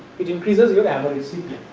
it increases with average cpi.